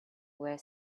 where